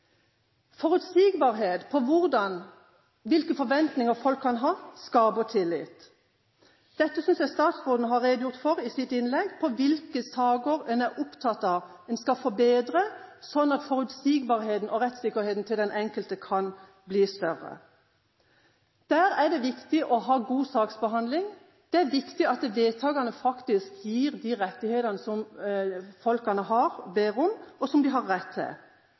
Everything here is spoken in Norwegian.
Forutsigbarhet for hvilke forventninger folk kan ha, skaper tillit. Statsråden redegjorde i sitt innlegg for hvilke saker en er opptatt av, som skal forbedres, sånn at forutsigbarheten og rettssikkerheten til den enkelte kan bli større. Det er viktig å ha god saksbehandling, det er viktig at vedtakene faktisk gir de rettighetene folk ber om, og det som de har rett til.